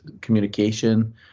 communication